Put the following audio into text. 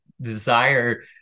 desire